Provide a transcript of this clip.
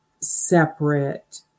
separate